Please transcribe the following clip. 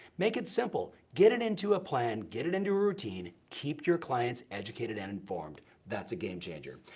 make it simple, get it into a plan, get it into a routine, keep your clients educated and informed. that's a game changer.